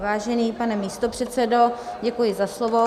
Vážený pane místopředsedo, děkuji za slovo.